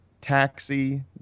Taxi